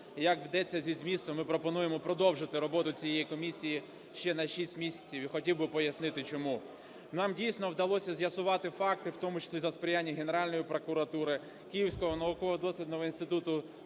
як йдеться зі змісту, ми пропонуємо продовжити роботу цієї комісії ще на 6 місяців, і хотів би пояснити, чому. Нам, дійсно, вдалося з'ясувати факти, в тому числі за сприяння Генеральної прокуратури, Київського науково-дослідного інституту